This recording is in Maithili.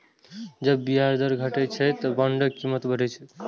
जब ब्याज दर घटै छै, ते बांडक कीमत बढ़ै छै